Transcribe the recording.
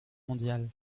mondiale